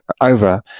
over